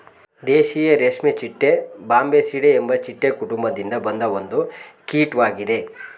ದೇಶೀಯ ರೇಷ್ಮೆಚಿಟ್ಟೆ ಬಾಂಬಿಸಿಡೆ ಎಂಬ ಚಿಟ್ಟೆ ಕುಟುಂಬದಿಂದ ಬಂದ ಒಂದು ಕೀಟ್ವಾಗಿದೆ